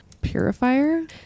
purifier